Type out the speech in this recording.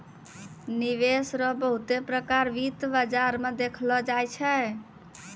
निवेश रो बहुते प्रकार वित्त बाजार मे देखलो जाय छै